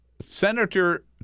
senator